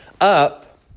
up